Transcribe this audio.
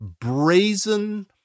brazen